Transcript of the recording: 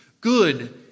good